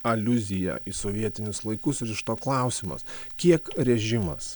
aliuzija į sovietinius laikus ir iš to klausimas kiek režimas